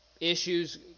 issues